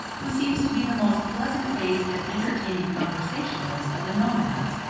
who seems to be the most pleasant-faced and entertaining conversationalist of the nomads.